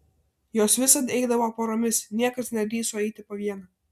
jos visad eidavo poromis niekas nedrįso eiti po vieną